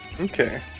Okay